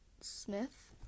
Smith